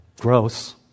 gross